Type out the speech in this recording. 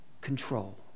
control